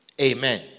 Amen